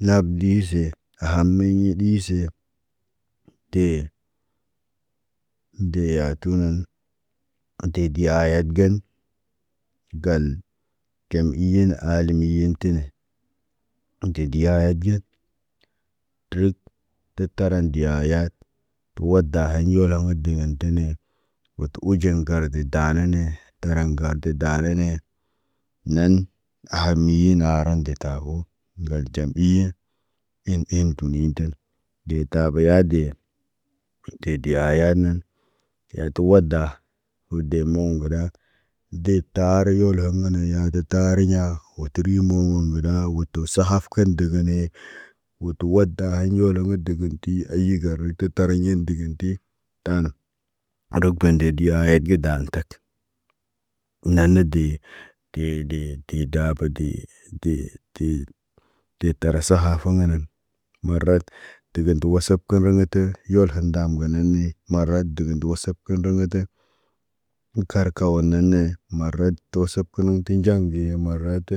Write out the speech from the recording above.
Nab dise, ahamiɲi ɗise. Dee, dee yaatu nan, dee diyayet gen. Gal, ɟam iyen aali miyen tine. Inte diyaye ɟiyat, tərət tə taran ɟiyayat. Tuwa haɲ ɲola muda ŋgen tine. Wo tə uɟen gardi daanane, taraŋgarde daanane. Naan, ahamiyena aran te tabo, ɲi- ol ɟamɓiye. Iin im tumidel, deetabo yade. Dede ayad nen, te yatu wada, wulde moŋg gəda. Deeb taaro yolo ŋgəna yaade taat ariɲa, wotir yumoŋg woŋg gəda wo tu sahaf ken dəgene. Wo to wada haɲolo ŋgən digin ti, ayigar tət tariɲ ɲin dikinti, taana. Adog don diya yedə daan tak. Naanə de, de, de dedabu de de, de de tara sahafuŋgənən. Marad degen tə wasaf kərə rəŋgətə, yolhen dam gənane, marad dəbən tə wosəb kə rəŋgə tə. Əm karkaw none, marat toosəb kə ti nɟaŋge marat.